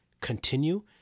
continue